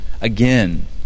again